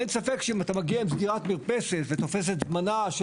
אין ספק שאם אתה מגיע עם סגירת מרפסת ותופס את זמנה של